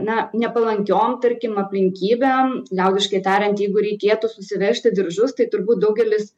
na nepalankiom tarkim aplinkybėm liaudiškai tariant jeigu reikėtų susiveržti diržus tai turbūt daugelis